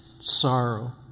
sorrow